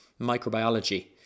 microbiology